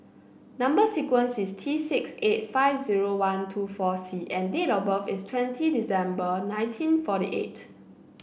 number sequence is T six eight five zero one two four C and date of birth is twenty December nineteen forty eight